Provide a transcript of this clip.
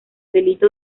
delito